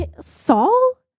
Saul